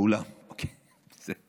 באולם או בעולם?